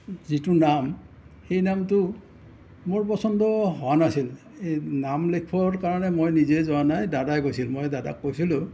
যিটো নাম সেই নামটো মোৰ পচন্দ হোৱা নাছিল এই নাম লেখিবৰ কাৰণে মই নিজে যোৱা নাই দাদাই গৈছিল মই দাদাক কৈছিলোঁ